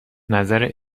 نظر